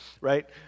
right